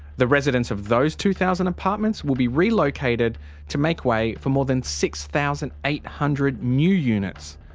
the residents of those two thousand apartments will be relocated to make way for more than six thousand eight hundred new units.